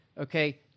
okay